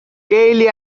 keighley